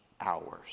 hours